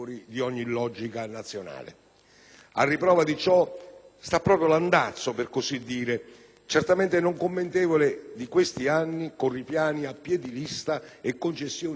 A riprova di ciò sta proprio l'«andazzo» - per così dire - certamente non commendevole di questi anni, con ripiani a piè di lista e concessioni *una tantum* a singoli enti.